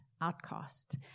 outcast